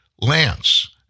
Lance